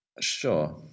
Sure